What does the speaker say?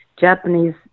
japanese